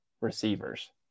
receivers